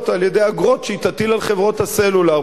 על-ידי אגרות שהיא תטיל על חברות הסלולר.